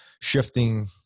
shifting